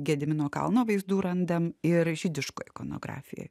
gedimino kalno vaizdų randam ir žydiškoj ikonografijoj